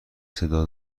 صدا